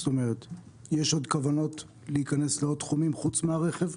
יש עוד כוונות להיכנס לעוד תחומים חוץ מהרכב?